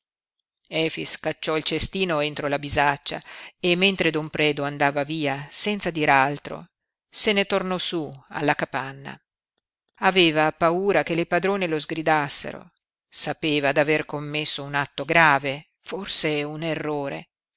efix cacciò il cestino entro la bisaccia e mentre don predu andava via senza dir altro se ne tornò su alla capanna aveva paura che le padrone lo sgridassero sapeva d'aver commesso un atto grave forse un errore